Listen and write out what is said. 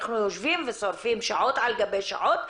אנחנו יושבים ושורפים שעות על גבי שעות,